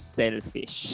selfish